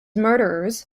murderers